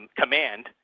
command